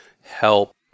help